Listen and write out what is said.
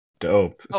dope